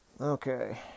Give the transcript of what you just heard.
Okay